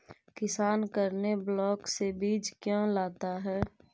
किसान करने ब्लाक से बीज क्यों लाता है?